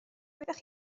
oeddech